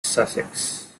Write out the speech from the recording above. sussex